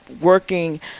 working